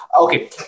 Okay